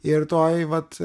ir toji vat